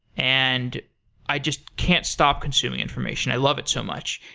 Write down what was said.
and i just can't stop consuming information. i love it so much.